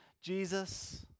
Jesus